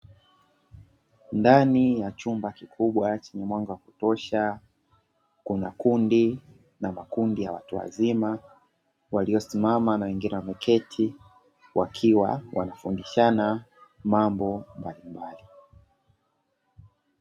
Ndani ya chumba kikubwa chenye mwanga wa kutosha kuna kundi na makundi ya watu wazima waliosimama na wengine wameketi wakiwa wanafundishana mambo mbalimbali.